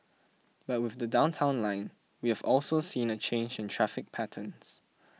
but with the Downtown Line we have also seen a change in traffic patterns